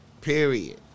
Period